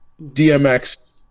DMX